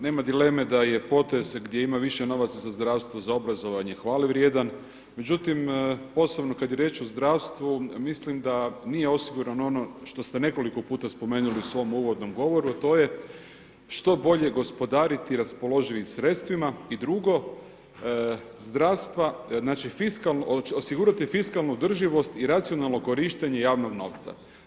Nema dileme da je potez gdje ima više novaca za zdravstvo, za obrazovanje, hvale vrijedan, međutim, posebno kada je riječ o zdravstvu, mislim da nije osigurano ono što ste nekoliko puta spomenuli u svom uvodnom govoru, a to je što bolje gospodariti raspoloživim sredstvima i drugo, zdravstva, znači, osigurati fiskalnu održivost i racionalnog korištenje javnog novca.